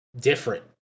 different